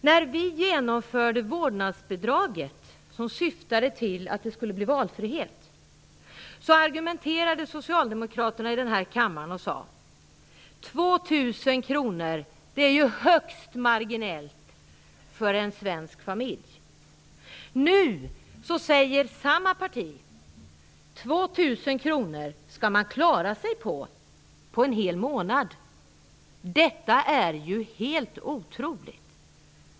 När vi genomförde vårdnadsbidraget som syftade till att ge valfrihet sade socialdemokraterna i den här kammaren: 2 000 kr, det är ju högst marginellt för en svensk familj. Nu säger samma parti: 2 000 kr skall man klara sig på under en hel månad. Detta är ju helt otroligt!